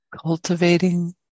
cultivating